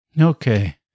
Okay